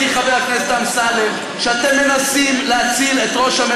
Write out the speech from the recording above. חבר הכנסת אמסלם, תקבל זכות דיבור.